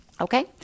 Okay